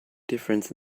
difference